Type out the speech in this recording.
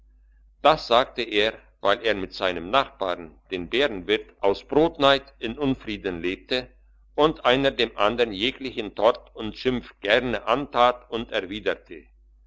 das sagte er weil er mit seinem nachbarn dem bärenwirt aus brotneid in unfrieden lebte und einer dem andern jeglichen tort und schimpf gerne antat und erwiderte